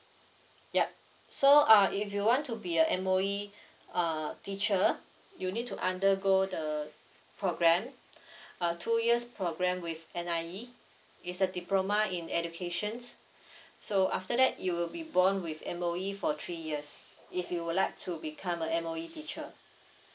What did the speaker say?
yup so uh if you want to be a M_O_E uh teacher you need to undergo the programme uh two years programme with N_I_E it's a diploma in educations so after that you will be bond with M_O_E for three years if you would like to become a M_O_E teacher